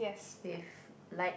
with light